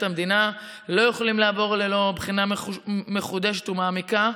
המדינה לא יכולים לעבור ללא בחינה מחודשת ומעמיקה.